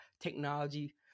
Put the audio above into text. technology